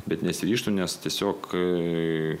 bet nesiryžtu nes tiesiog kai